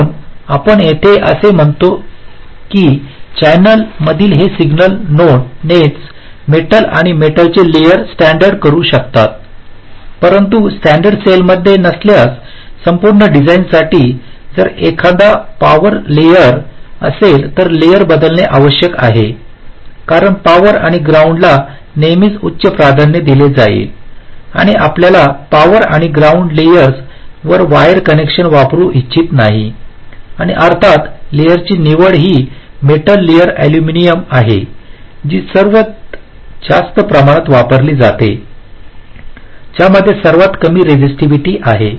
म्हणून आपण येथे असे म्हणतो आहे की चॅनेलमधील हे सिग्नल नेट्स मेटलआणि मेटलचे लेयर स्टॅण्डर्ड करू शकतात परंतु स्टॅण्डर्ड सेलमध्ये नसल्यास संपूर्ण डिझाइनसाठी जर एखादा पॉवर लेयर असेल तर लेयर बदलणे आवश्यक आहे कारण पॉवर आणि ग्राउंडला नेहमीच उच्च प्राधान्य दिले जाईल आणि आपल्याला पॉवर आणि ग्राउंड लेयर्सवर वायर कनेक्शन वापरू इच्छित नाही आणि अर्थात लेयरची निवड ही मेटल लेयर अॅल्युमिनियम आहे जी सर्वात जास्त प्रमाणात वापरली जाते ज्यामध्ये सर्वात कमी रेसिसीटीवीटी आहे